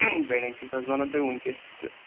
wedding suit حظ بَنَن تۄہہِ وٕنۍکٮ۪س تہِ تہٕ